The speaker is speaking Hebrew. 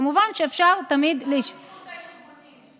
כמובן שאפשר תמיד, בעיקר בזכות הארגונים.